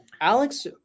Alex